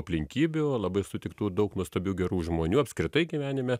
aplinkybių o labai sutiktų daug nuostabių gerų žmonių apskritai gyvenime